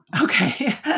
Okay